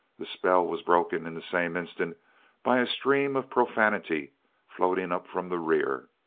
the spell was broken in the same instant by a stream of profanity floating up from the rear.